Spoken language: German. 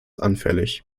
anfällig